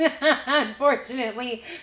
unfortunately